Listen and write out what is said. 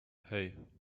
hei